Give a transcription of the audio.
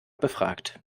befragt